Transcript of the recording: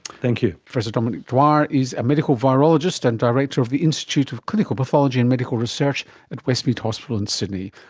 thank you. professor so dominic dwyer is a medical virologist and director of the institute of clinical pathology and medical research at westmead hospital in sydney.